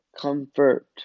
comfort